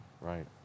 Right